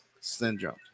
syndrome